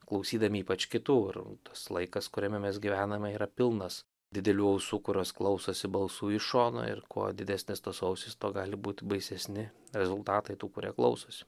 klausydami ypač kitų ir tas laikas kuriame mes gyvename yra pilnas didelių ausų kurios klausosi balsų iš šono ir kuo didesnės tos ausys tuo gali būt baisesni rezultatai tų kurie klausosi